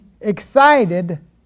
excited